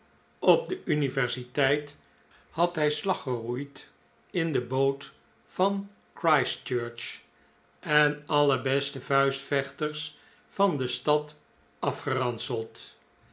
op de universiteit had hij slag geroeid in de boot van christchurch en alle beste vuistvechters van de stad afgeranseld